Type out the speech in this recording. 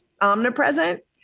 omnipresent